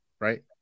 right